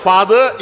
Father